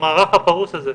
במערך הפרוס הזה.